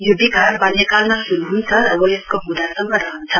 यो विकार वाल्यकालमा श्रू हुन्छ र वयस्क हँदा सम्म रहन्छ